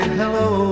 hello